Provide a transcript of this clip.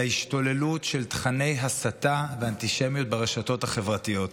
להשתוללות של תוכני הסתה ואנטישמיות ברשתות החברתיות.